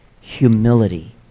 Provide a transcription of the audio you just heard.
humility